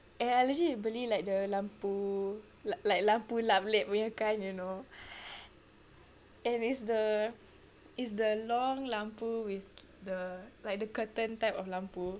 and I legit beli like the lampu like lampu lap lip punya kind you know and it's the long lampu with the like the curtain type of lampu